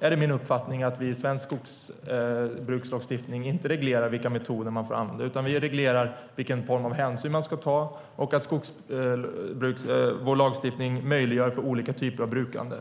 är det min uppfattning att vi i svensk skogsbrukslagstiftning inte reglerar vilka metoder man får använda. Vi reglerar vilken form av hänsyn man ska ta, och vår lagstiftning möjliggör olika typer av brukande.